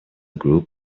group